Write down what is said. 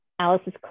Alice's